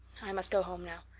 i must go home now.